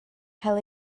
cael